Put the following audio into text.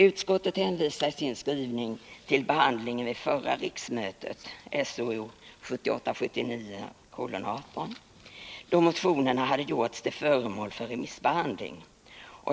Utskottet hänvisar i sin skrivning till behandlingen av frågan vid förra riksmötet , då motionerna hade gjorts till föremål för remissbehandling.